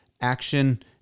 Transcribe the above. action